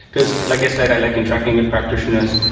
because, like i said, i like interacting with practitioners.